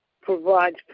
provides